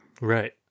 right